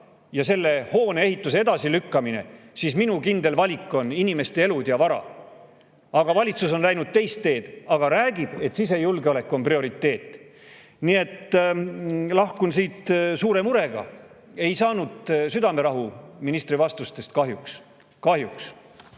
ja selle hoone ehitus, siis minu kindel valik on inimeste elud ja vara. Valitsus on läinud teist teed, aga räägib, et sisejulgeolek on prioriteet. Nii et lahkun siit suure murega. Ei saanud kahjuks ministri vastustest südamerahu. Kahjuks.